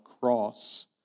cross